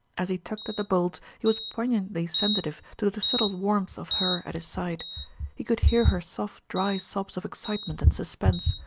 as he tugged at the bolts he was poignantly sensitive to the subtle warmth of her at his side he could hear her soft dry sobs of excitement and suspense,